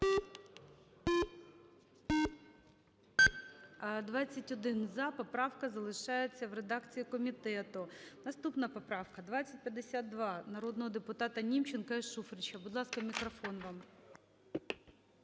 За-21 Поправка залишається в редакції комітету. Наступна поправка 2052 народного депутата Німченка і Шуфрича. Будь ласка, мікрофон вам.